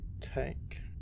take